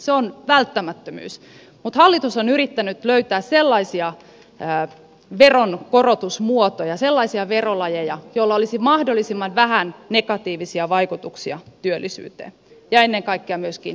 se on välttämättömyys mutta hallitus on yrittänyt löytää sellaisia veronkorotusmuotoja sellaisia verolajeja joilla olisi mahdollisimman vähän negatiivisia vaikutuksia työllisyyteen ja ennen kaikkea myöskin vientiteollisuuteen